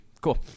cool